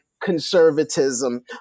conservatism